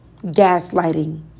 gaslighting